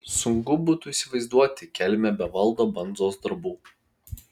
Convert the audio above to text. sunku būtų įsivaizduoti kelmę be valdo bandzos darbų